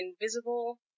invisible